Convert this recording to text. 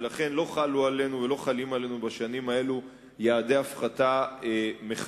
ולכן לא חלו עלינו ולא חלים עלינו בשנים האלו יעדי הפחתה מחייבים.